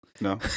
no